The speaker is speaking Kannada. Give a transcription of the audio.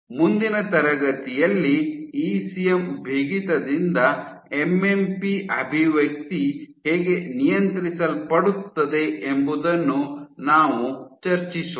ಮುಂದಿನ ತರಗತಿಯಲ್ಲಿ ಇಸಿಎಂ ಬಿಗಿತದಿಂದ ಎಂಎಂಪಿ ಅಭಿವ್ಯಕ್ತಿ ಹೇಗೆ ನಿಯಂತ್ರಿಸಲ್ಪಡುತ್ತದೆ ಎಂಬುದನ್ನು ನಾವು ಚರ್ಚಿಸೋಣ